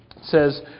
says